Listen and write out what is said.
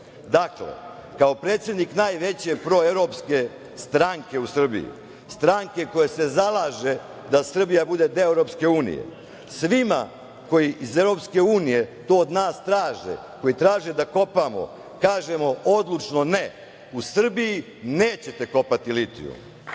zemlju. Dakle, kao predsednik najveće proevropske stranke u Srbiji, stranke koja se zalaže da Srbija bude deo EU, svima koji iz EU to od nas traže, koji traže da kopamo, kažemo odlučno - ne. U Srbiji nećete kopati